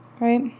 right